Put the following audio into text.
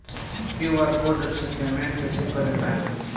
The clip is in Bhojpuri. क्यू.आर कोड से पेमेंट कईसे कर पाएम?